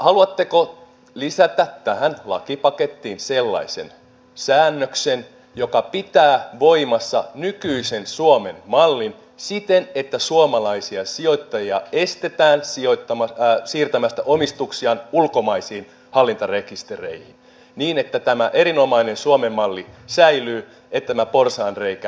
haluatteko lisätä tähän lakipakettiin sellaisen säännöksen joka pitää voimassa nykyisen suomen mallin siten että suomalaisia sijoittajia estetään siirtämästä omistuksiaan ulkomaisiin hallintarekistereihin niin että tämä erinomainen suomen malli säilyy että tämä porsaanreikä tukitaan